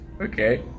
Okay